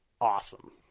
Awesome